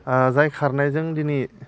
जाय खारनायजों दिनै